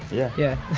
yeah, yeah